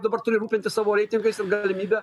dabar turi rūpintis savo reitingais ir galimybe